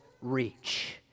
reach